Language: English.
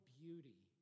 beauty